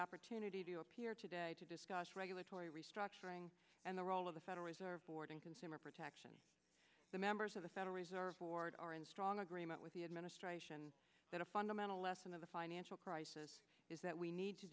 opportunity to appear today to discuss regulatory restructuring and the role of the federal reserve board in consumer protection the members of the federal reserve board are in strong agreement with the administration that a fundamental lesson of the financial crisis is that we need to